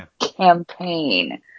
campaign